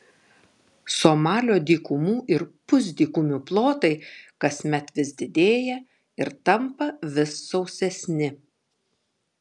somalio dykumų ir pusdykumių plotai kasmet vis didėja ir tampa vis sausesni